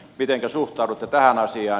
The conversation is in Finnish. mitenkä suhtaudutte tähän asiaan